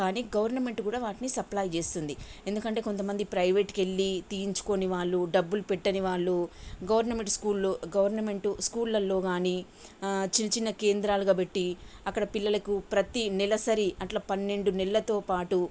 కానీ గవర్నమెంట్ కూడా వాటిని సప్లై చేస్తుంది ఎందుకంటే కొంతమంది ప్రైవేట్కి వెళ్ళి తీయించుకుని వాళ్ళు డబ్బులు పెట్టని వాళ్ళు గవర్నమెంట్ స్కూల్లో గవర్నమెంట్ స్కూళ్ళల్లో కానీ చిన్న చిన్న కేంద్రాలుగా పెట్టి అక్కడ పిల్లలకు ప్రతి నెలసరి అలా పన్నెండు నెలలతో పాటు